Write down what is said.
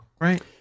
right